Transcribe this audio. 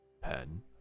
Pen